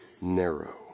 narrow